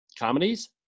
comedies